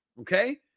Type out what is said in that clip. okay